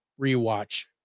rewatch